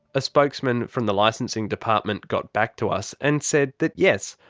a spokesman from the licensing department got back to us, and said that yes,